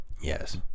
Yes